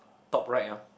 top right lor